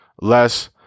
less